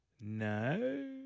No